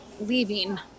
leaving